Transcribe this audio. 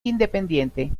independiente